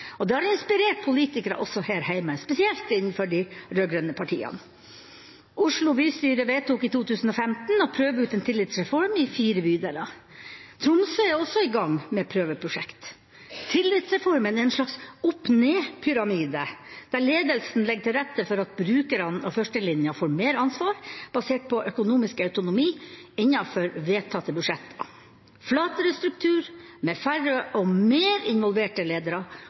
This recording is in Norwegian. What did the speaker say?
Danmark. Det har inspirert politikere også her heime, spesielt innenfor de rød-grønne partiene. Oslo bystyre vedtok i 2015 å prøve ut en tillitsreform i fire bydeler. Tromsø er også i gang med et prøveprosjekt. Tillitsreformen er en slags opp-ned-pyramide der ledelsen legger til rette for at brukerne og førstelinja får mer ansvar, basert på økonomisk autonomi innenfor vedtatte budsjetter, flatere struktur med færre og mer involverte ledere